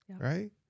right